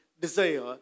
desire